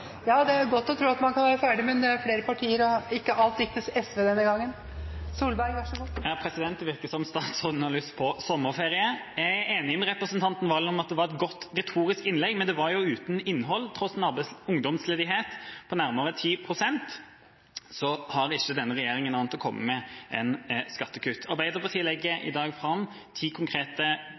Det er godt å tro at man kan være ferdig, men det er flere partier, og ikke alt gikk til SV denne gangen. Det virker som om statsråden har lyst på sommerferie. Jeg er enig med representanten Serigstad Valen i at det var et godt retorisk innlegg, men det var jo uten innhold. Tross en ungdomsledighet på nærmere 10 pst. har ikke denne regjeringa annet å komme med enn skattekutt. Arbeiderpartiet legger i dag fram ti konkrete